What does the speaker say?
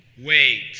Wait